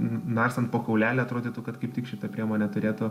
narstant po kaulelį atrodytų kad kaip tik šita priemonė turėtų